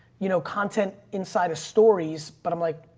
you know, content inside of stories. but i'm like,